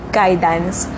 guidance